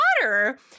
water